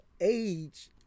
age